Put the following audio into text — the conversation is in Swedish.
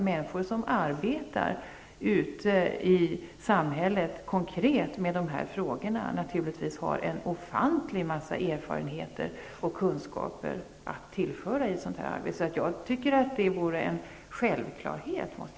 Människor som ute i samhället arbetar konkret med de här frågorna har naturligtvis en ofantlig massa erfarenheter och kunskaper att tillföra i ett sådant här arbete.